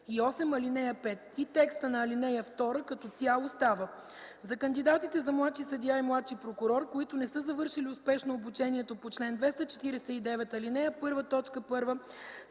Текстът на ал. 2 като цяло става: „(2) За кандидатите за младши съдия и младши прокурор, които не са завършили успешно обучението по чл. 249, ал. 1,